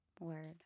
Word